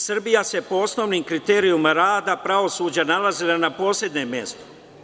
Srbija se po osnovnim kriterijumima rada pravosuđa nalazila na poslednjem mestu.